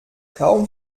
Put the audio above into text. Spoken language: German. kaum